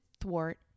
thwart